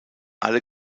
alle